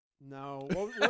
No